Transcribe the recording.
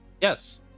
Yes